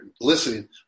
listening